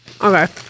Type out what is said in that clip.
Okay